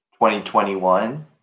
2021